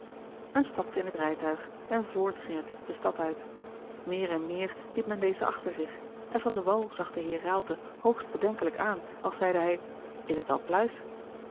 men stapte in het rijtuig en voort ging het de stad uit meer en meer liet men deze achter zich en van de wall zag den heer raalte hoogst bedenkelijk aan als zeide hij is t wel pluis